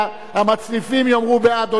המצליפים יאמרו בעד או נגד.